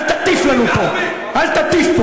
אל תטיף לנו פה, אל תטיף פה.